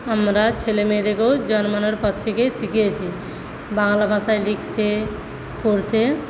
আমারা ছেলে মেয়েদেরকে জন্মানোর পর থেকে শিখিয়েছি বাংলা ভাষায় লিখতে পড়তে